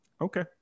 okay